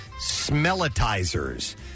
smellitizers